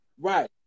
Right